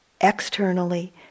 externally